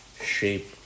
shape